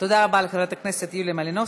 תודה רבה לחברת הכנסת יוליה מלינובסקי.